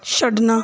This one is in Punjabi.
ਛੱਡਣਾ